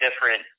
different